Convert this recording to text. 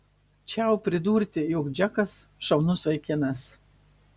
čiau pridurti jog džekas šaunus vaikinas